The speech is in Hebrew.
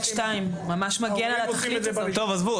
עזבו.